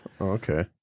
Okay